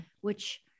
Which-